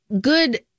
good